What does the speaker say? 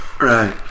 Right